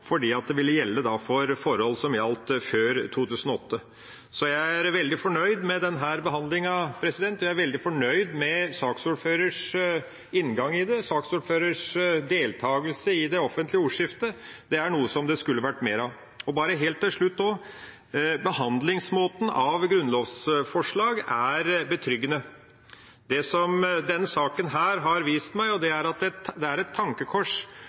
fordi det ville gjelde for forhold som gjaldt før 2008. Så jeg er veldig fornøyd med denne behandlinga. Jeg er veldig fornøyd med saksordførerens inngang i det og deltagelsen hans i det offentlige ordskiftet. Det er noe som det skulle vært mer av. Bare helt til slutt: Behandlingsmåten av grunnlovsforslag er betryggende. Det som denne saken har vist meg, er at det er et tankekors at